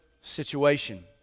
situation